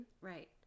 Right